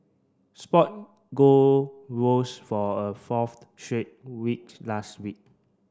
spot gold rose for a fourth straight week last week